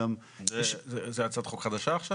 אנחנו מדברים על הצעת חוק חדשה עכשיו?